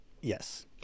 Yes